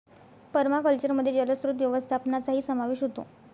पर्माकल्चरमध्ये जलस्रोत व्यवस्थापनाचाही समावेश होतो